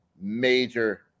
major